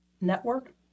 Network